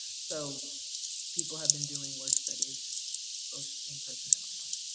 so people have been doing work studies both in-person and online.